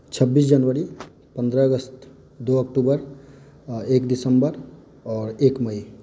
छब्बीस जनवरी पन्द्रह अगस्त दू अक्टूबर एक दिसम्बर आओर एक मई